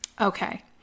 Okay